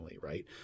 right